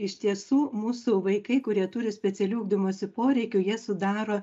iš tiesų mūsų vaikai kurie turi specialių ugdymosi poreikių jie sudaro